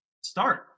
start